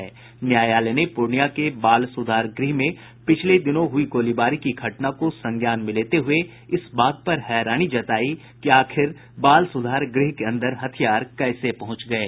शीर्ष न्यायालय ने पूर्णिया के बाल सुधार गृह में पिछले दिनों हुयी गोलीबारी की घटना को संज्ञान में लेते हुये इस बात पर हैरानी जतायी कि आखिर बाल सुधार गृह के अंदर हथियार कैसे पहुंच गये